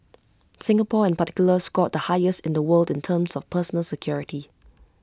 Singapore in particular scored the highest in the world in terms of personal security